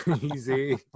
easy